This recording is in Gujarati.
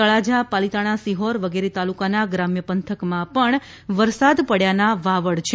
તળાજા પાલિતાણા સિહોર વગેરે તાલુકાના ગ્રામ્ય પંથકમાં પણ વરસાદ પડ્યાના વાવડ છે